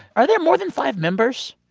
are there more than five members?